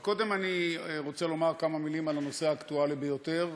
אבל קודם אני רוצה לומר כמה מילים על הנושא האקטואלי ביותר.